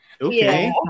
Okay